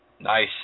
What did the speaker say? Nice